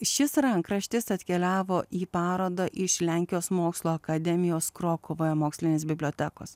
šis rankraštis atkeliavo į parodą iš lenkijos mokslo akademijos krokuvoje mokslinės bibliotekos